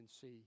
see